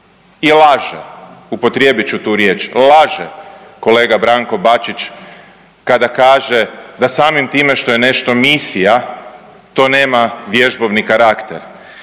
i laže, upotrijebit ću tu riječ, laže kolega Branko Bačić kada kaže da samim time što je nešto misija to nema vježbovni karakter